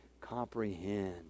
comprehend